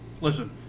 Listen